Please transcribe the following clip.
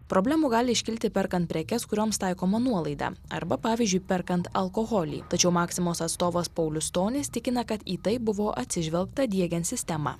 problemų gali iškilti perkant prekes kurioms taikoma nuolaida arba pavyzdžiui perkant alkoholį tačiau maksimos atstovas paulius stonis tikina kad į tai buvo atsižvelgta diegiant sistemą